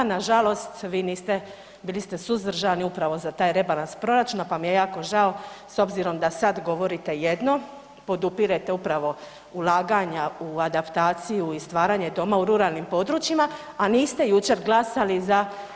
Nažalost vi niste, bili ste suzdržani upravo za taj rebalans proračuna pa mi je jako žao, s obzirom da sad govorite jedno, podupirete upravo ulaganja u adaptaciju i stvaranje doma u ruralnim područjima, a niste jučer glasali za